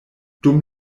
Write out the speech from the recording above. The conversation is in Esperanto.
dum